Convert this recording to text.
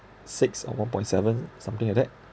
six or one point seven something like that